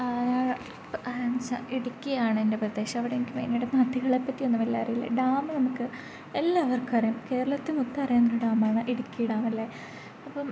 പ ച ഇടുക്കിയാണെൻ്റെ പ്രദേശം അവിടെ എനിക്ക് മെയിനായിട്ട് നദികളെ പറ്റി ഒന്നും വലിയ അറിവില്ല ഡാം നമുക്ക് എല്ലാവർക്കും അറിയാം കേരളത്തിൽ മൊത്തം അറിയാവുന്നൊരു ഡാമാണ് ഇടുക്കി ഡാം അല്ലേ അപ്പം